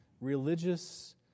religious